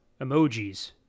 Emojis